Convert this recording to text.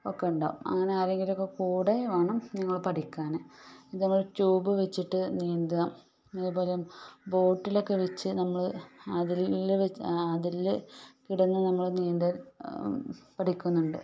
ഒക്കെ ഉണ്ടാവും അങ്ങനെ ആരെങ്കിലുമൊക്കെ കൂടെ വേണം നിങ്ങൾ പഠിക്കാൻ അതേ പോലെ ട്യൂബ് വച്ചിട്ട് നീന്താൻ അതെ പോലെ ബോട്ടിലൊക്കെ വച്ച് നമ്മൾ അതിൽ വച്ച് അതിൽ കിടന്ന് നമ്മൾ നീന്തൽ